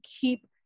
keep